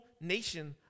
nation